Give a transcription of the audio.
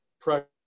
pressure